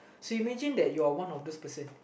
so you imagine that you are one of those person